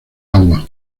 agua